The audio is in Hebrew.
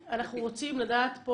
רוצים לדעת פה